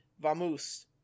Vamoose